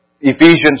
Ephesians